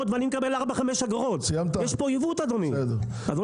חשוב מאוד שיידעו שגם השר, גם אני